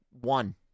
One